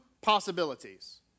possibilities